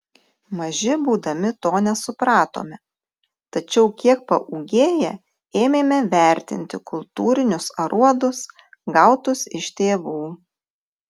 maži būdami to nesupratome tačiau kiek paūgėję ėmėme vertinti kultūrinius aruodus gautus iš tėvų